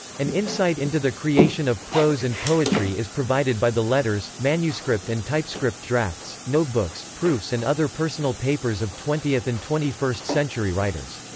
an insight into the creation of prose and poetry is provided by the letters, manuscript and typescript drafts, notebooks, proofs and other personal papers of twentieth and twenty first century writers.